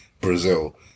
Brazil